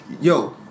Yo